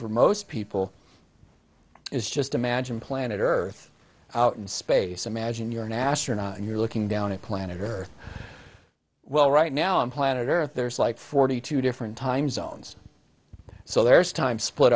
for most people is just imagine planet earth out in space imagine you're an astronaut and you're looking down at planet earth well right now on planet earth there's like forty two different time zones so there's time split